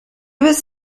was